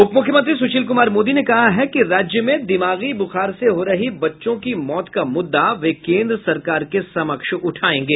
उप मुख्यमंत्री सुशील कुमार मोदी ने कहा है कि राज्य में दिमागी ब्रुखार से हो रही बच्चों की मौत का मुद्दा वे केन्द्र सरकार के समक्ष उठायेंगे